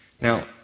Now